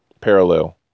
parallel